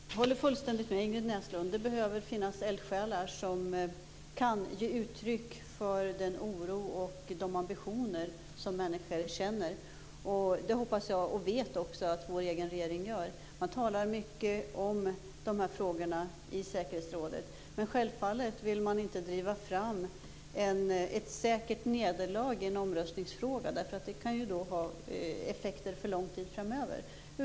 Fru talman! Jag håller fullständigt med Ingrid Näslund. Det behöver finnas eldsjälar som kan ge uttryck för den oro och de ambitioner som människor känner. Jag hoppas och vet också att vår egen regering gör detta. Man talar mycket om de här frågorna i säkerhetsrådet. Men självfallet vill man inte driva fram ett säkert nederlag i en omröstningsfråga. Det kan ju få effekter för lång tid framöver.